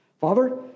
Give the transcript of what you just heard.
Father